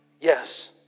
Yes